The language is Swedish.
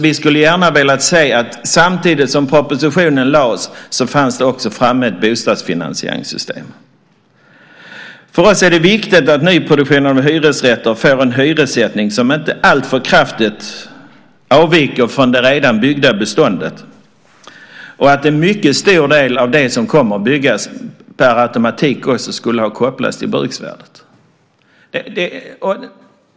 Vi skulle gärna velat se att samtidigt som propositionen lades det också fanns framme ett bostadsfinansieringssystem. För oss är det viktigt att nyproduktionen av hyresrätter får en hyressättning som inte alltför kraftigt avviker från det redan byggda beståndet och att en mycket stor del av det som kommer att byggas per automatik också skulle ha kopplats till bruksvärdet.